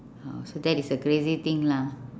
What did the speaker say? oh so that is a crazy thing lah